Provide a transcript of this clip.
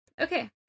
Okay